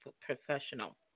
professional